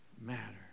matter